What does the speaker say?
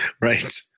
Right